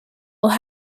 will